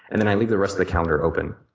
and then i leave the rest of the calendar open.